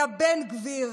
יא בן גביר?